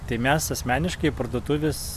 tai mes asmeniškai į parduotuves